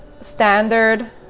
standard